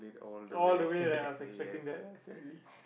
all the way that I was expecting that ah sadly